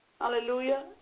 hallelujah